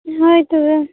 ᱦᱳᱭ ᱛᱚᱵᱮ